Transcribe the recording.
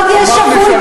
אמרת לי שאני ממציא את